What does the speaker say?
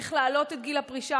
צריך להעלות את גיל הפרישה.